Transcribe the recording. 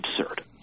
absurd